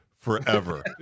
forever